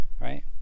right